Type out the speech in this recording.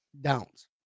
downs